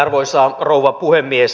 arvoisa rouva puhemies